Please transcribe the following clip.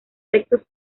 textos